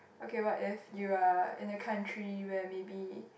okay what if you are in a country where maybe